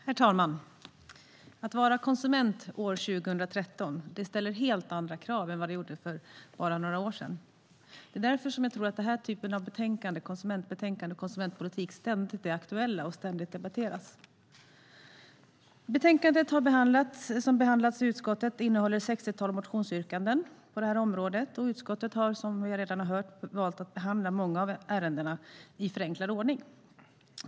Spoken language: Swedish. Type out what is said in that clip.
Herr talman! Att vara konsument år 2013 ställer helt andra krav än för bara några år sedan. Det är därför jag tror att den här typen av betänkande om konsumentpolitik ständigt är aktuellt och ständigt debatteras. Betänkandet som har behandlats i utskottet innehåller ett sextiotal motionsyrkanden på området, och utskottet har som vi redan hört valt att behandla många av ärendena i förenklad ordning.